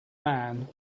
man